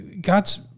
God's